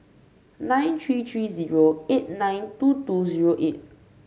nine three three zero eight nine two two zero eight